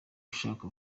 ashaka